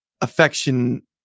affection